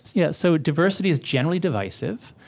yeah, so diversity is generally divisive,